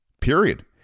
period